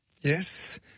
Yes